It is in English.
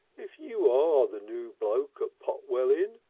if you are the noo bloke at potwell inn.